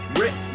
rip